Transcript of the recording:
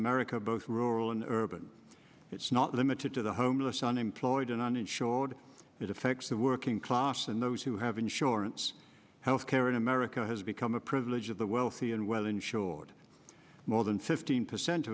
america both rural and urban it's not limited to the homeless unemployed and on and showed it affects the working class and those who have insurance health care in america has become a privilege of the wealthy and well insured more than fifteen percent